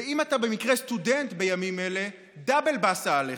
ואם אתה במקרה סטודנט בימים אלה, דאבל באסה עליך.